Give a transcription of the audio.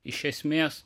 iš esmės